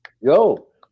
Yo